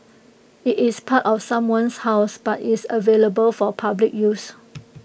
IT is part of someone's house but is available for public use